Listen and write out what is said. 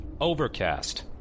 Overcast